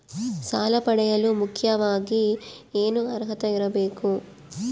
ಸಾಲ ಪಡೆಯಲು ಮುಖ್ಯವಾಗಿ ಏನು ಅರ್ಹತೆ ಇರಬೇಕು?